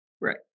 right